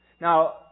Now